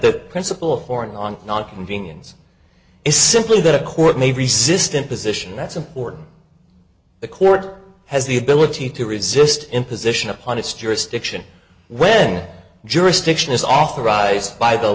the principle of foreign on non convenience is simply that a court may resist imposition that's important the court has the ability to resist imposition upon its jurisdiction when jurisdiction is authorized by the